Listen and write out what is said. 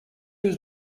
was